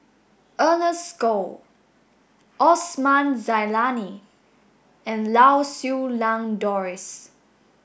Ernest Goh Osman Zailani and Lau Siew Lang Doris